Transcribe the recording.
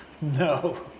No